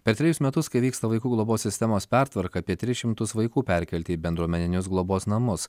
per trejus metus kai vyksta vaikų globos sistemos pertvarka apie tris šimtus vaikų perkelti į bendruomeninius globos namus